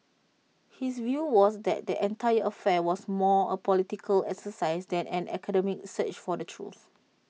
his view was that the entire affair was more A political exercise than an academic search for the truth